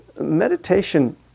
meditation